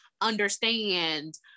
understand